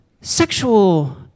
Sexual